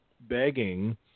begging